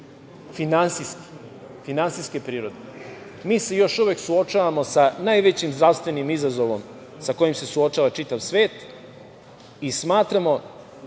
razlog je finansijske prirode. Mi se još uvek suočavamo sa najvećim zdravstvenim izazovom sa kojim se suočava čitav svet i smatramo